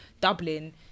Dublin